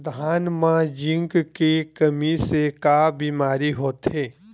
धान म जिंक के कमी से का बीमारी होथे?